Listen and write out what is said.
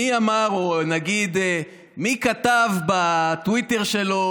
מי אמר או נגיד מי כתב בטוויטר שלו